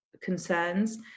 concerns